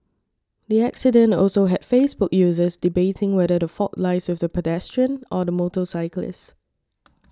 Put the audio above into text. the accident also had Facebook users debating whether the fault lies with the pedestrian or the motorcyclist